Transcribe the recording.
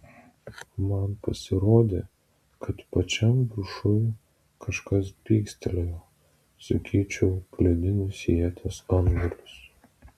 man pasirodė kad pačiam viršuj kažkas blykstelėjo sakyčiau plieninis ieties antgalis